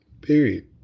Period